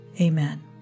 Amen